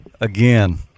Again